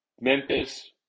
Memphis